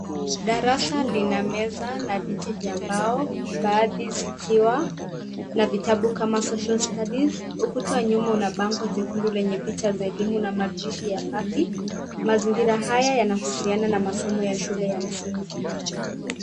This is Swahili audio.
Darasa lina meza na viti vya mbao, baadhi zikiwa na vitabu kama social studies . Ukuta wa nyuma uko na bango jekundu lenye picha za elimu na mapishi ya habi. Mazingira haya yanahusiana na masomo ya shule ya msingi.